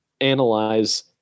analyze